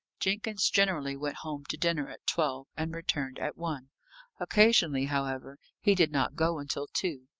jenkins generally went home to dinner at twelve, and returned at one occasionally, however, he did not go until two,